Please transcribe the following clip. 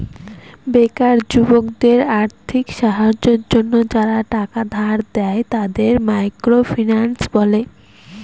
বেকার যুবকদের আর্থিক সাহায্যের জন্য যারা টাকা ধার দেয়, তাদের মাইক্রো ফিন্যান্স বলে